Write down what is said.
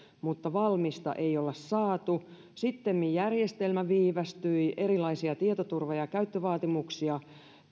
mutta valmista ei olla saatu sittemmin järjestelmä viivästyi erilaisia tietoturva ja ja käyttövaatimuksia